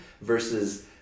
versus